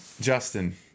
Justin